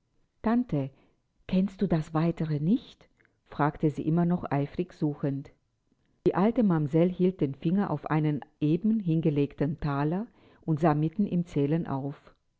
tante kennst du das weitere nicht fragte sie immer noch eifrig suchend die alte mamsell hielt den finger auf einen eben hingelegtem thaler und sah mitten im zählen auf